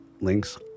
links